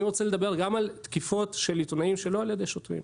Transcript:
אני רוצה לדבר גם על תקיפות של עיתונאים שלא על ידי שוטרים,